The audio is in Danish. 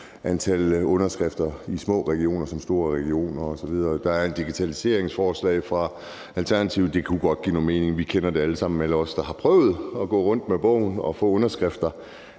antal underskrifter i små regioner som i store regioner osv. Der er et digitaliseringsforslag fra Alternativet, og det kunne godt give mening. Vi kender det alle sammen – alle os, der har prøvet at gå rundt med bogen og få underskrifter.